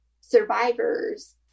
survivors